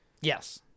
Yes